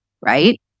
right